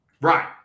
right